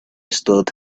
stood